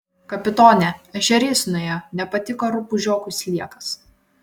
kapitone ešerys nuėjo nepatiko rupūžiokui sliekas